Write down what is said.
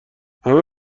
همه